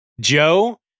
Joe